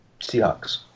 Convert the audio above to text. Seahawks